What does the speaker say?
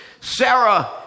Sarah